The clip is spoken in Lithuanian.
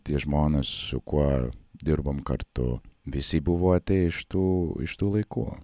tie žmonės su kuo dirbom kartu visi buvo atėję iš tų iš tų laikų